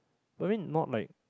I mean not like